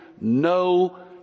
no